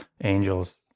angels